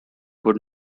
would